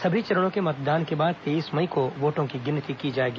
सभी चरणों के मतदान के बाद तेईस मई को वोटों की गिनती की जाएगी